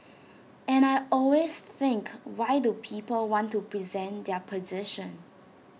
and I always think why do people want to present their position